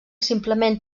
simplement